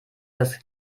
das